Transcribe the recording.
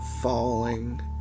Falling